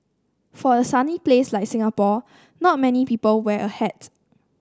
for a sunny place like Singapore not many people wear a hat